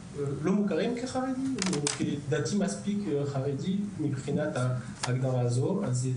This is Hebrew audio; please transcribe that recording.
מוכרים כחרדים וזה גורם לבעיות.